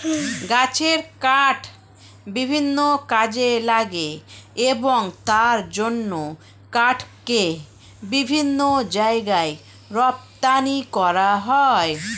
গাছের কাঠ বিভিন্ন কাজে লাগে এবং তার জন্য কাঠকে বিভিন্ন জায়গায় রপ্তানি করা হয়